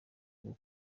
bwo